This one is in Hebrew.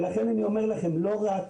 ולכן אני אומר לכם, לא רק